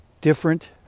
different